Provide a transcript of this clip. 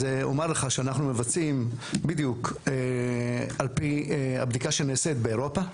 אז אומר לך שאנחנו מבצעים בדיוק על פי הבדיקה שנעשית באירופה.